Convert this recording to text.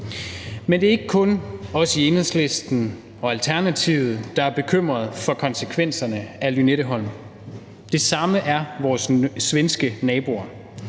Men det er ikke kun os i Enhedslisten og Alternativet, der er bekymrede for konsekvenserne af Lynetteholm. Det samme er vores svenske naboer.